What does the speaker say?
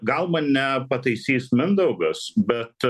gal mane pataisys mindaugas bet